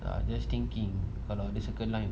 ah I'm just thinking around the circle line